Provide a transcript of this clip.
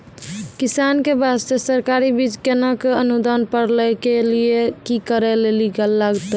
किसान के बास्ते सरकारी बीज केना कऽ अनुदान पर लै के लिए की करै लेली लागतै?